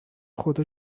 خدا